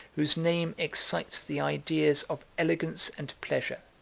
whose name excites the ideas of elegance and pleasure,